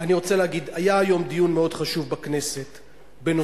אני רוצה להגיד: היה היום דיון מאוד חשוב בכנסת בנושא,